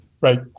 Right